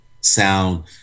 sound